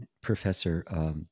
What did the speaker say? professor